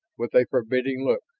with a forbidding look,